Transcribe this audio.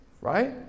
right